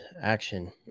action